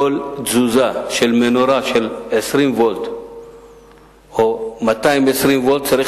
כל תזוזה של מנורה של 20 ואט או 220 ואט צריכה